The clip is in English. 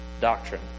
doctrine